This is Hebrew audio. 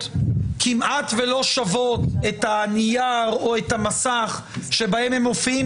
כמעט ולא שווים את הנייר או את המסך שבהם הם מופיעים.